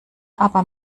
aber